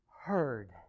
heard